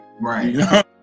Right